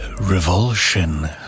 revulsion